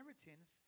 inheritance